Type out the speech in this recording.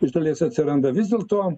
iš dalies atsiranda vis dėlto